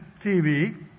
TV